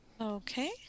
Okay